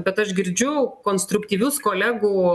bet aš girdžiu konstruktyvius kolegų